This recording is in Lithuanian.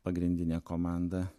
pagrindinė komanda